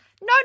no